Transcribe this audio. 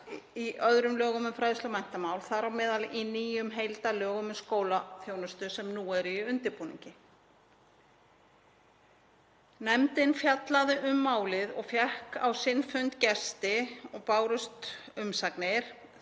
í lögum um fræðslu- og menntamál, þar á meðal í nýjum heildarlögum um skólaþjónustu sem eru í undirbúningi. Nefndin fjallaði um málið, fékk á sinn fund gesti og bárust umsagnir.